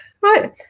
right